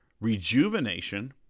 rejuvenation